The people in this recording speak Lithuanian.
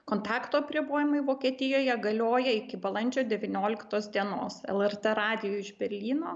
kontakto apribojimai vokietijoje galioja iki balandžio devynioliktos dienos lrt radijui iš berlyno